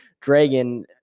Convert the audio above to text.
Dragon